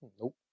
Nope